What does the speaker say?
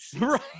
right